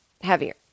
heavier